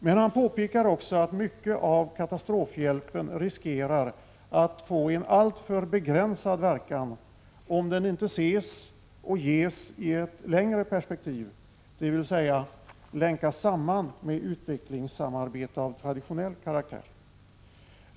Men han påpekar också att mycket av katastrofhjälpen riskerar att få en alltför begränsad verkan, om den inte ses och gesi ett längre perspektiv, dvs. länkas samman med utvecklingssamarbete av traditionell karaktär.